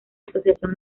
asociación